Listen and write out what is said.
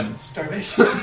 Starvation